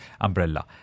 umbrella